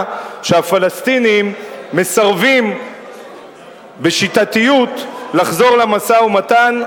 שהפלסטינים מסרבים בשיטתיות לחזור למשא-ומתן,